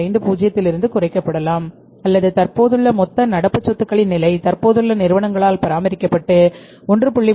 50 இலிருந்து குறைக்கப்படலாம் அல்லது தற்போதுள்ள மொத்த நடப்பு சொத்துகளின் நிலை தற்போதுள்ள நிறுவனத்தால் பராமரிக்கப்பட்டு 1